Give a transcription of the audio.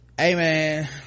amen